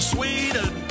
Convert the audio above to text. Sweden